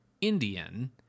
indian